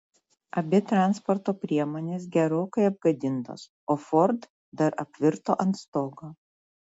abi transporto priemonės gerokai apgadintos o ford dar apvirto ant stogo